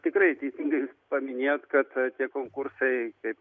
tikrai teisingai paminėjot kad tie konkursai kaip